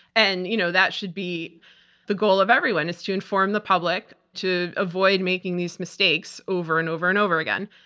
and you know that should be the goal of everyone, is to inform the public to avoid making these mistakes over and over and over again.